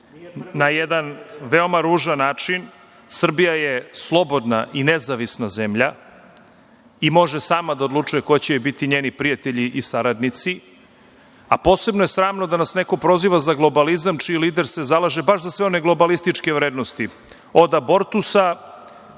na jedan veoma ružan način. Srbija je slobodna i nezavisna zemlja i može sama da odlučuje ko će joj biti njeni prijatelji i saradnici, a posebno je sramno da nas neko proziva za globalizam, čiji lider se zalaže baš za sve one globalističke vrednosti, od abortusa,